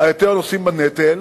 היותר-נושאים בנטל.